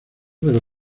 del